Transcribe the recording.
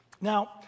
Now